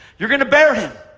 you're going to bear him.